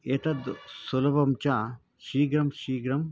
एतद् सुलभं च शीघ्रं शीघ्रं